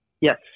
Yes